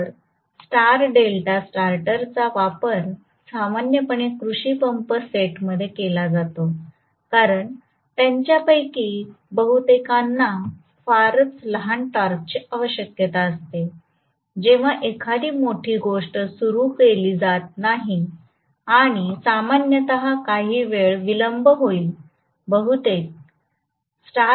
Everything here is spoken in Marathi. तर स्टार डेल्टा स्टार्टर्सचा वापर सामान्यपणे कृषी पंप सेटमध्ये केला जातो कारण त्यांच्यापैकी बहुतेकांना फारच लहान टॉर्कची आवश्यकता असते जेव्हा एखादी मोठी गोष्ट सुरू केली जात नाही आणि सामान्यत काही वेळ विलंब होईल बहुधा स्टारमध्ये असेल